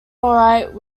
alright